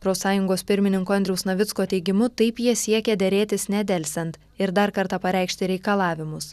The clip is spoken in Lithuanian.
profsąjungos pirmininko andriaus navicko teigimu taip jie siekia derėtis nedelsiant ir dar kartą pareikšti reikalavimus